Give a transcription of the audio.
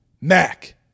Mac